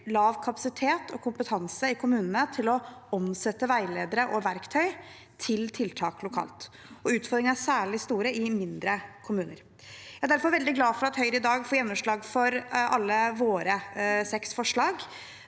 lav kapasitet og kompetanse i kommunene til å omsette veiledere og verktøy til tiltak lokalt. Utfordringene er særlig store i mindre kommuner. Jeg er derfor veldig glad for at Høyre i dag får gjennomslag for alle sine seks forslag.